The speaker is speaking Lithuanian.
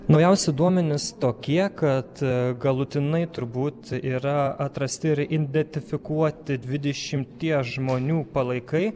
naujausi duomenys tokie kad galutinai turbūt yra atrasti ir identifikuoti dvidešimties žmonių palaikai